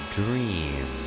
dream